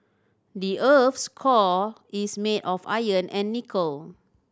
the earth's core is made of iron and nickel